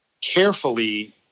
carefully